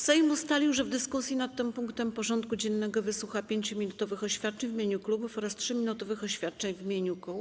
Sejm ustalił, że w dyskusji nad tym punktem porządku dziennego wysłucha 5-minutowych oświadczeń w imieniu klubów oraz 3-minutowych oświadczeń w imieniu kół.